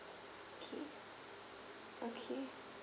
okay okay